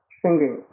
singing